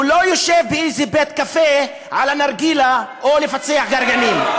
הוא לא יושב באיזה בית-קפה על הנרגילה או לפצח גרעינים.